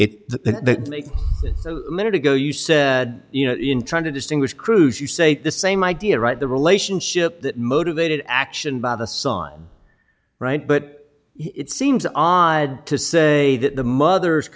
the minute ago you said you know in trying to distinguish cruz you say the same idea right the relationship that motivated action by the son right but it seems odd to say that the mother